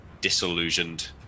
disillusioned